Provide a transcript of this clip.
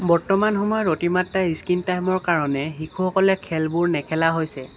বৰ্তমান সময়ত অতিমাত্ৰা স্ক্ৰিন টাইমৰ কাৰণে শিশুসকলে খেলবোৰ নেখেলা হৈছে